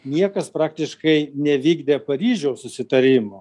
niekas praktiškai nevykdė paryžiaus susitarimo